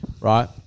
right